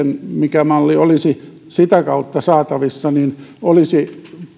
mikä malli olisi sitä kautta saatavissa se olisi